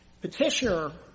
petitioner